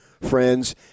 friends